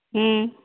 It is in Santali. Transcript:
ᱦᱮᱸ